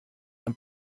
ein